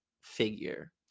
figure